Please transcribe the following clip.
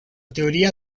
teoría